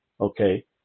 okay